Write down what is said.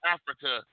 Africa